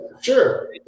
Sure